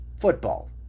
football